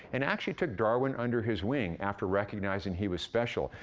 and actually took darwin under his wing after recognizing he was special.